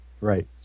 Right